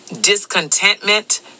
discontentment